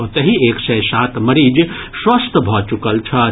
ओतहि एक सय सात मरीज स्वस्थ भऽ चुकल छथि